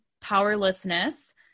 powerlessness